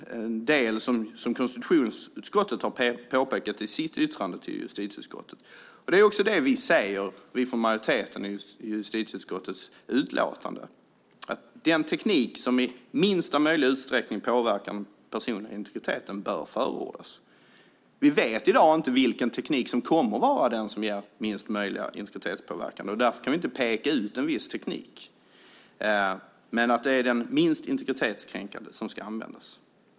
Det som konstitutionsutskottet har påpekat i sitt yttrande till justitieutskottet och vi från majoriteten i justitieutskottet säger är att den teknik som i minsta möjliga utsträckning påverkar den personliga integriteten bör förordas. Vi vet i dag inte vilken teknik som kommer att vara den som ger minsta möjliga integritetspåverkan. Därför kan vi inte peka ut en viss teknik. Men det är den minst integritetskränkande som ska användas.